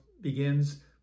begins